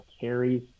carries